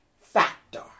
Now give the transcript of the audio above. Factor